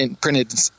printed